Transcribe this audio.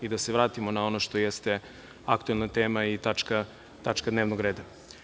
I da se vratimo na ono što jeste aktuelna tema i tačka dnevnog reda.